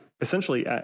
essentially